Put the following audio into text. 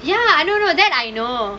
ya I don't know that I know